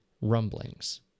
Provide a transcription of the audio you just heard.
rumblings